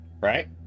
right